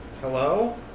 Hello